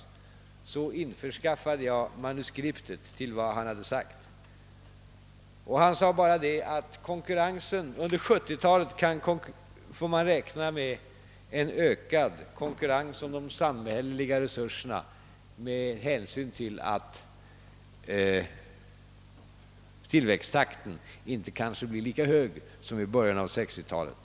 Jag skaffade hans manuskript varav framgår att han yttrade, att man får räkna med en ökad konkurrens om de samhälleliga resurserna under 1970-talet med hänsyn till att tillväxttakten kanske inte blir så hög som i början av 1960-talet.